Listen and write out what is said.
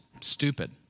stupid